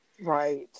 Right